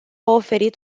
oferit